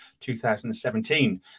2017